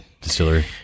Distillery